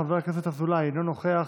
חבר הכנסת קרעי, אינו נוכח,